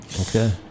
okay